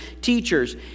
teachers